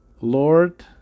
Lord